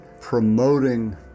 promoting